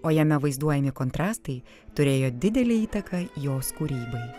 o jame vaizduojami kontrastai turėjo didelę įtaką jos kūrybai